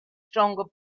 stronger